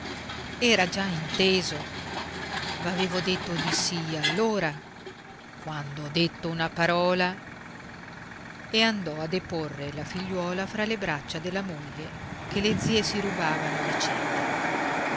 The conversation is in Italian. era già inteso v'avevo detto di sì allora quando ho detto una parola e andò a deporre la figliuola fra le braccia della moglie che le zie si rubavano a vicenda